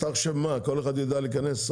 כל אחד ידע להיכנס?